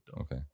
okay